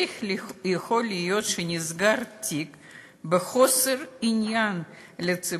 איך יכול להיות שתיק נסגר מחוסר עניין לציבור?